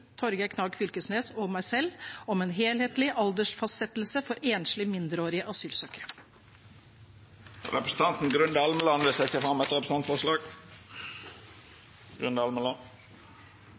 Torgeir Knag Fylkesnes og meg selv om en helhetlig aldersfastsettelse for enslige mindreårige asylsøkere. Representanten Grunde Almeland vil setja fram eit representantforslag.